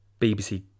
BBC